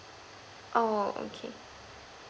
oh okay